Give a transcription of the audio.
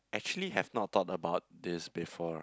actually have not thought about this before